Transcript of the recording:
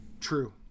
True